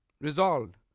Resolved